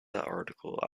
article